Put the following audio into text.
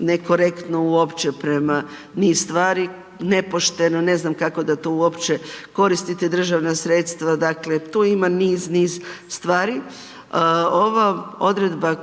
nekorektno uopće prema niz stvari, nepošteno, ne znam kako da to uopće koristite državna sredstva, dakle, tu ima niz, niz, stvari. Ova odredba